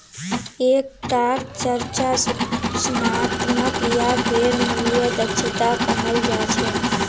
एक टाक चर्चा सूचनात्मक या फेर मूल्य दक्षता कहाल जा छे